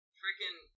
freaking